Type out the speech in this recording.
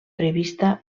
prevista